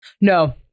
no